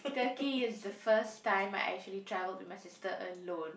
Turkey is the first time I actually traveled with my sister alone